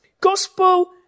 Gospel